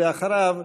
ואחריו,